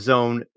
Zone